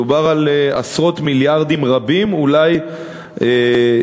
מדובר על עשרות מיליארדים רבים ואולי יותר.